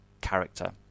character